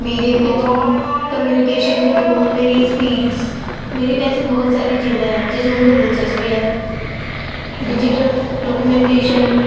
media کے through communication کے through میری اسپیڈس میری ایسی بہت ساری چیزیں ہیں جس میں مجھے دلچسپی ہے ڈیجیٹل ڈاکومینٹیشن